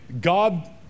God